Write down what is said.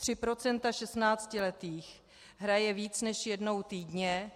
Tři procenta 16letých hrají víc než jednou týdně.